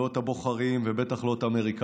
לא את הבוחרים ובטח לא את האמריקנים.